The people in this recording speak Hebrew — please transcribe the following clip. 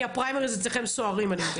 כי הפריימריז אצלכם סוערים אני מבינה...